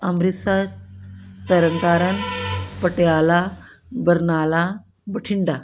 Amritsar Tarn Taran Patiala Barnala Bathinda